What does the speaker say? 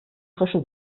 frische